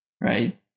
right